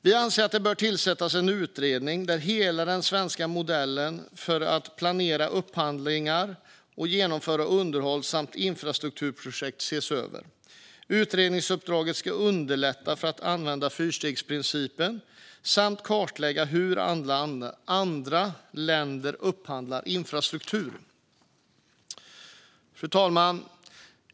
Vi anser att det bör tillsättas en utredning där hela den svenska modellen för att planera upphandlingar och genomföra underhåll samt infrastrukturprojekt ses över. Utredningsuppdraget ska underlätta för att använda fyrstegsprincipen samt kartlägga hur andra länder upphandlar infrastruktur. Fru talman!